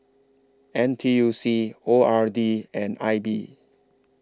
N T U C O R D and I B